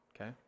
Okay